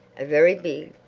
a very big,